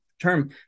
term